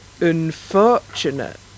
Unfortunate